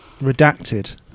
Redacted